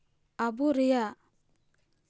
ᱟᱵᱚ ᱨᱮᱭᱟᱜ